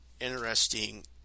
interesting